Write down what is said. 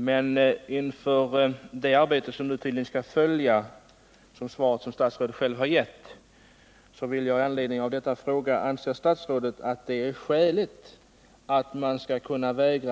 Men inför det arbete som nu enligt statsrådets svar tydligen skall följa vill jag fråga: Anser statsrådet att det är skäligt att den som alternativt